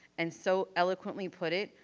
and so eloquently put it,